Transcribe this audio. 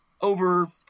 over